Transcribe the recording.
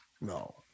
no